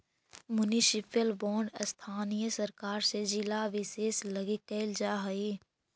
municipal bond स्थानीय सरकार से जिला विशेष लगी कैल जा हइ